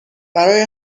برای